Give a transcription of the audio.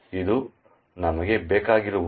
ಇದು ನಮಗೆ ಬೇಕಾಗಿರುವುದು